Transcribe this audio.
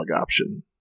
option